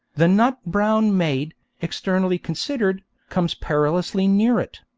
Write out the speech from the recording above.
the nut-brown mayde externally considered, comes perilously near it.